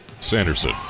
Sanderson